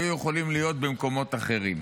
היו יכולים להיות במקומות אחרים?